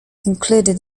included